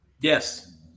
Yes